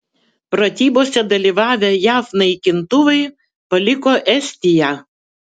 pratybose dalyvavę jav naikintuvai paliko estiją